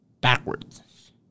Backwards